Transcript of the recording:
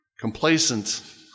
complacent